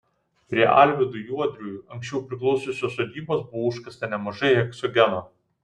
prie alvydui juodriui anksčiau priklausiusios sodybos buvo užkasta nemažai heksogeno